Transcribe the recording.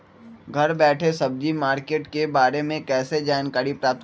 घर बैठे सब्जी मार्केट के बारे में कैसे जानकारी प्राप्त करें?